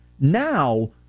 Now